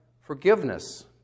forgiveness